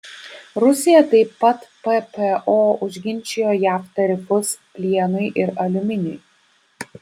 rusija taip pat ppo užginčijo jav tarifus plienui ir aliuminiui